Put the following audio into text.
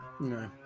No